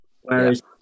Whereas